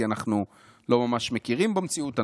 כי אנחנו לא ממש מכירים במציאות.